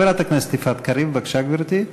חברת הכנסת יפעת קריב, בבקשה, גברתי.